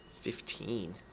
Fifteen